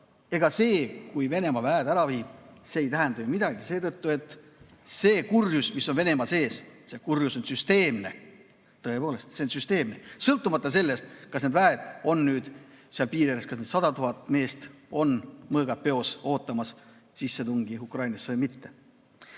ega see, kui Venemaa väed ära viib, ei tähenda midagi, seetõttu et see kurjus, mis on Venemaa sees, see kurjus on süsteemne. Tõepoolest, see on süsteemne ega sõltu sellest, kas need väed on nüüd seal piiri ääres, kas need 100 000 meest on, mõõgad peos, ootamas sissetungi Ukrainasse või mitte.